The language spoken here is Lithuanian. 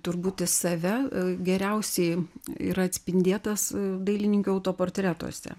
turbūt į save geriausiai yra atspindėtas dailininkių autoportretuose